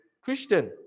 Christian